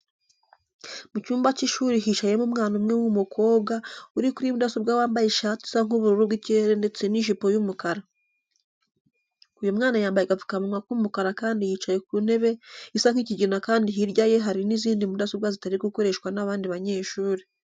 Mu cyumba cy'ishuri hicayemo umwana umwe w'umukobwa uri kuri mudasobwa wambaye ishati isa nk'ubururu bw'ikirere ndetse n'ijipo y'umukara. Uyu mwana yambaye agapfukamunwa k'umukara kandi yicaye ku ntebe isa nk'ikigina kandi hirya ye hari n'izindi mudasobwa zitari gukoreshwa n'abandi banyeshuri.